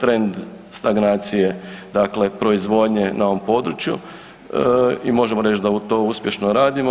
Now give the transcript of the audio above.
trend stagnacije dakle, proizvodnje na ovom području i možemo reći da to uspješno radimo.